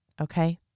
Okay